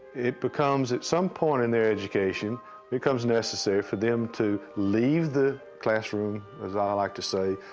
it becomes at some point in their education becomes necessary for them to leave the classroom, as i like to say,